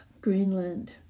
Greenland